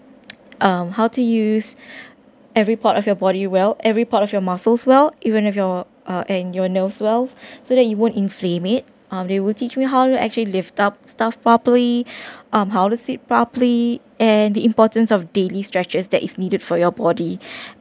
um how to use every part of your body well every part of your muscles well even if you're and your nerves well so that you won't inflame it um they will teach me how to actually lift up stuff properly um how to sit properly and the importance of daily stretches that is needed for your body